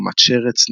טומאת שרץ,